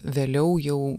vėliau jau